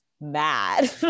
mad